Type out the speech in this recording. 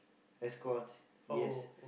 escort yes